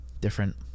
different